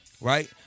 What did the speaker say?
right